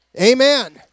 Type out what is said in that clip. Amen